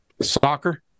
soccer